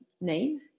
name